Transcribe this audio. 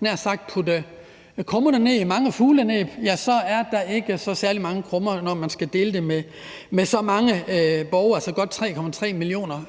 nær sagt putte krummerne ned i mange fuglenæb, er der ikke særlig mange krummer, når man skal dele det med så mange borgere – der er godt 3,3 millioner